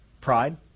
Pride